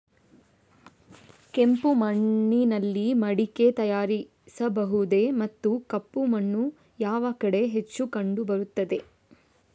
ಕೆಂಪು ಮಣ್ಣಿನಲ್ಲಿ ಮಡಿಕೆ ತಯಾರಿಸಬಹುದೇ ಮತ್ತು ಕಪ್ಪು ಮಣ್ಣು ಯಾವ ಕಡೆ ಹೆಚ್ಚು ಕಂಡುಬರುತ್ತದೆ?